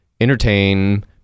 entertain